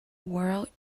world